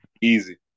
Easy